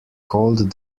called